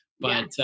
but-